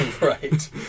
right